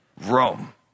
Rome